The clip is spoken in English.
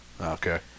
Okay